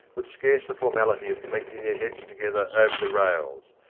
with scarce the formality of collecting their heads together over the rails.